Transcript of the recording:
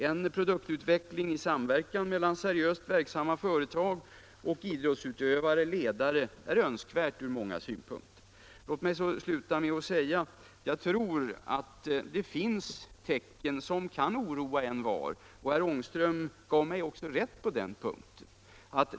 En produktutveckling i samverkan mellan seriöst verksamma företag och idrottsutövare och idrottsledare är däremot önskvärd ur många synpunkter. Låt mig sluta med att säga att jag tror det finns tecken som kan oroa envar. Herr Ångström gav mig också rätt på den punkten.